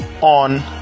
on